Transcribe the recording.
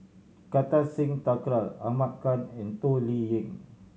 Kartar Singh Thakral Ahmad Khan and Toh Liying